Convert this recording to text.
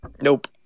Nope